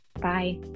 Bye